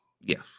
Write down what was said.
Yes